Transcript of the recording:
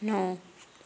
ਨੌ